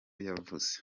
yavuze